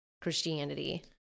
Christianity